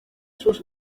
sus